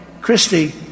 Christie